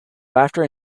laughter